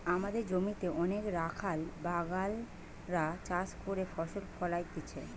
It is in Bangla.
আমদের জমিতে অনেক রাখাল বাগাল রা চাষ করে ফসল ফোলাইতেছে